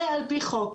זה על פי חוק.